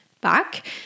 back